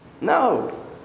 No